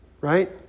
right